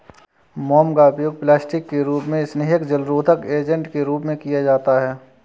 मोम का उपयोग प्लास्टिक के रूप में, स्नेहक, जलरोधक एजेंट के रूप में किया जाता है